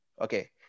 Okay